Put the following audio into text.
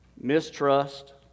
mistrust